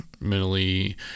mentally